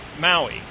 Maui